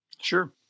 sure